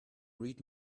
read